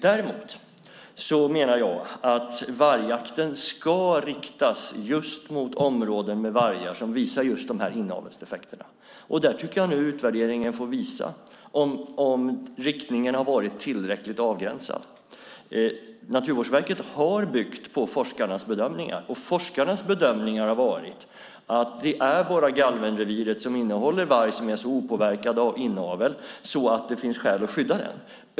Däremot menar jag att vargjakten ska riktas just mot områden med vargar som uppvisar dessa inavelsdefekter. Utvärderingen får visa om avgränsningen har varit tillräcklig. Naturvårdsverkets bedömning har byggt på forskarnas bedömningar, och forskarnas bedömningar har varit att det är bara Galvenreviret som innehåller vargar som är så opåverkade av inavel att det finns skäl att skydda dem.